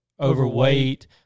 overweight